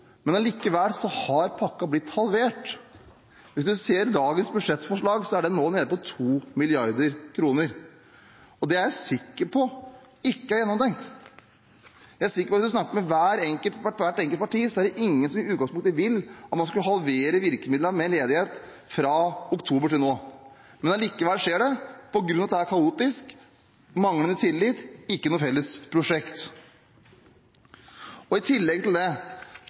men allikevel har pakken blitt halvert. Hvis man ser på dagens budsjettforslag, er den nå nede på 2 mrd. kr. Jeg er sikker på at dette ikke er gjennomtenkt. Jeg er sikker på at om man snakket med hvert enkelt parti, var det ingen som i utgangspunktet ville dette – at man skulle halvere virkemidlene mot ledighet fra oktober til nå. Men allikevel skjer det – på grunn av at det er kaotisk, manglende tillit og ikke noe felles prosjekt. I fjor høst var det